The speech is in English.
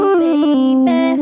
baby